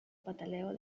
pataleo